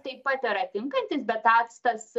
taip pat yra tinkantis bet actas